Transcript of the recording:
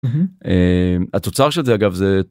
התוצר של זה אגב זה.